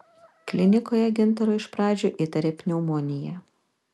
klinikoje gintarui iš pradžių įtarė pneumoniją